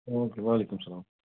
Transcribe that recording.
او کے وعلیکُم سلام